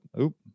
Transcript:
Oop